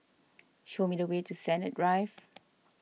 show me the way to Sennett Drive